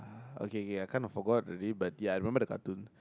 okay okay I kind of forgot already but ya I remember the cartoon